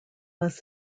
less